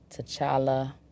T'Challa